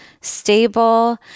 stable